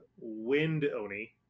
wind-oni